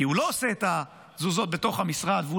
כי הוא לא עושה את התזוזות בתוך המשרד והוא